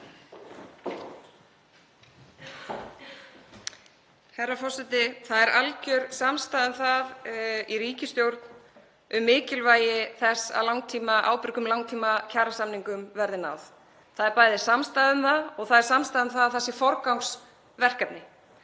Herra forseti. Það er algjör samstaða í ríkisstjórn um mikilvægi þess að ábyrgum langtímakjarasamningum verði náð. Það er bæði samstaða um það og það er samstaða um að það sé forgangsverkefni.